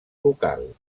local